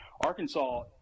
Arkansas